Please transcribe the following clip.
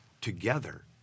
together